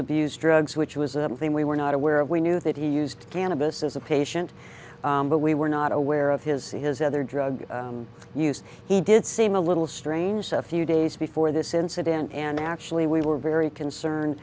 abuse drugs which was a thing we were not aware of we knew that he used cannabis as a patient but we were not aware of his his other drug use he did seem a little strange a few days before this incident and actually we were very concerned